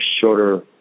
shorter